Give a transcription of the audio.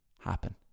happen